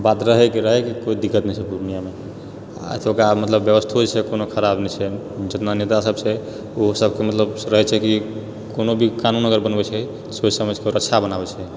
आ बात रहैके रहैके कोइ दिक्कत नहि छै पूर्णियामे आ एतुका मतलब व्यवस्थो जे छै कोनो खराब नहि छै जतना नेता सब छै सब रहै छै मतलब रहै छै कि कोनो भी कानून अगर बनबै छै सोचि समझि कऽ अच्छा बनाबै छै